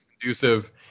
conducive